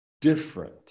different